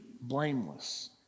blameless